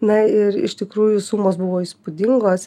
na ir iš tikrųjų sumos buvo įspūdingos